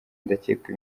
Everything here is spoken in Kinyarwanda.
ndakeka